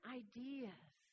ideas